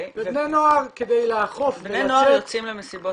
ובני נוער יוצאים למסיבות טבע?